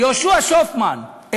יהושע שופמן,